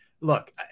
Look